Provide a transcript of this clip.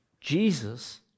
Jesus